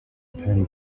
penn